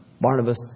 Barnabas